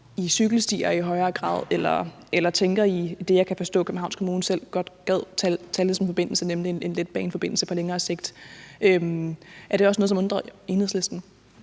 i cykelstier i højere grad eller tænker i det, som jeg kan forstå at Københavns Kommune selv godt gad have som forbindelse, nemlig en letbaneforbindelse, på længere sigt. Er det også noget, som undrer Enhedslisten?